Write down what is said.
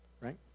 Right